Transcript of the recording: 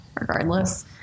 regardless